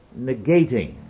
negating